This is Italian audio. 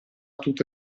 tutte